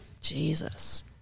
Jesus